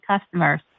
customers